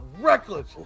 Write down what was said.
reckless